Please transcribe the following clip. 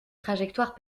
trajectoires